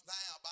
now